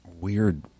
weird